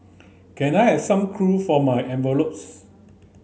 can I have some for my envelopes